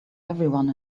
everyone